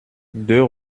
deux